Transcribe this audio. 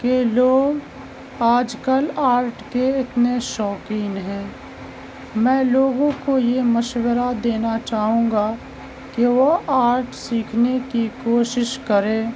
کہ لوگ آج کل آرٹ کے اتنے شوقین ہیں میں لوگوں کو یہ مشورہ دینا چاہوں گا کہ وہ آرٹ سیکھنے کی کوشش کریں